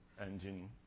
engine